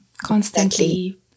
Constantly